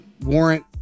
warrant